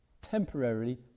temporarily